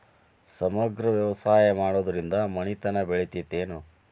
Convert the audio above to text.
ಸಮಗ್ರ ವ್ಯವಸಾಯ ಮಾಡುದ್ರಿಂದ ಮನಿತನ ಬೇಳಿತೈತೇನು?